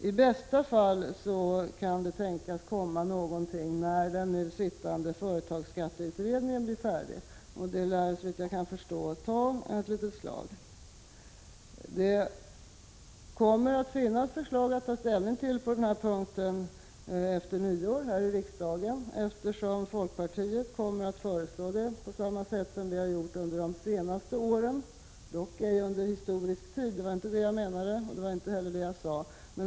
I bästa fall kan det tänkas komma någonting när den nu sittande företagsskatteutredningen blir färdig — och det lär, såvitt jag förstår, dröja ett litet tag. Det kommer att finnas förslag att ta ställning till på den här punkten efter — Prot. 1986/87:22 nyår här i riksdagen, eftersom folkpartiet kommer att lägga fram förslag på 10 november 1986 samma sätt som vi har gjort tidigare — dock ej bara under historisk tid; det var i j i i : åtgärder fö, inte det jag menade och inte heller det jag sade.